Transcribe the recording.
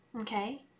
okay